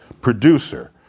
producer